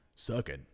Sucking